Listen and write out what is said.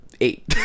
eight